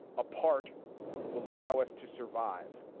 a part will allow us to survive.